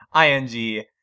ING